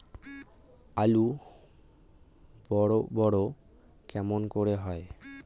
আলু বড় বড় কেমন করে হয়?